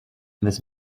this